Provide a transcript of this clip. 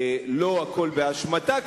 לא הכול באשמתה,